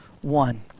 one